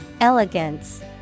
Elegance